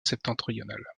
septentrional